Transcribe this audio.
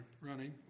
running